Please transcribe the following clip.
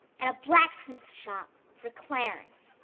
and a blacksmith shop for clarence.